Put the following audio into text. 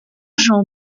jean